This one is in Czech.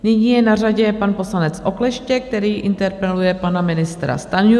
Nyní je na řadě pan poslanec Okleštěk, který interpeluje pana ministra Stanjuru.